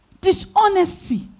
dishonesty